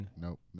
Nope